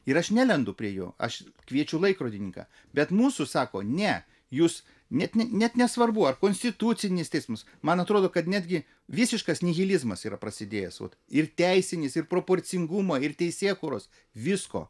ir aš nelendu prie jo aš kviečiu laikrodininką bet mūsų sako ne jūs net net nesvarbu ar konstitucinis teismas man atrodo kad netgi visiškas nihilizmas yra prasidėjęs ir teisinis ir proporcingumo ir teisėkūros visko